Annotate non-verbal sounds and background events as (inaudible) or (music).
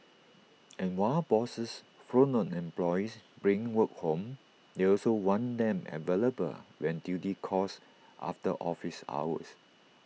(noise) and while bosses frown on employees bringing work home they also want them available when duty calls after office hours